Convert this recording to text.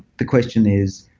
the question is,